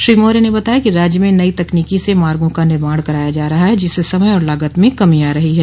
श्री मौर्य ने बताया कि राज्य मे नई तकनीक से मार्गो का निर्माण कराया जा रहा है जिससे समय और लागत में कमी आ रही है